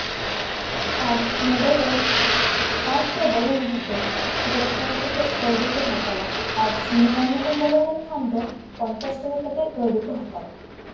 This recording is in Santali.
ᱟᱨ ᱱᱚᱸᱰᱮ ᱫᱚ ᱯᱟᱨᱠ ᱨᱮ ᱵᱚᱞᱚ ᱞᱟᱹᱜᱤᱫ ᱫᱚ ᱫᱚᱥ ᱴᱟᱠᱟ ᱠᱟᱛᱮᱫ ᱠᱟᱹᱣᱰᱤ ᱠᱚ ᱦᱟᱛᱟᱣᱟ ᱟᱨ ᱥᱤᱱᱮᱢᱟ ᱧᱮᱞᱮᱢ ᱵᱚᱞᱚ ᱞᱮᱱ ᱠᱷᱟᱱ ᱫᱚ ᱯᱚᱧᱪᱟᱥ ᱴᱟᱠᱟ ᱠᱟᱛᱮᱫ ᱠᱟᱹᱣᱰᱤ ᱠᱚ ᱦᱟᱛᱟᱣᱟ